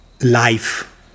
Life